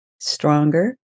stronger